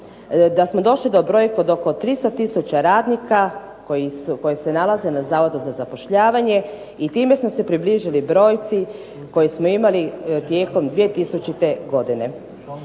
da smo došli do brojke od oko 300 tisuća radnika, koji se nalaze na Zavodu za zapošljavanje i time smo se približili brojci koju smo imali tijekom 2000. godine.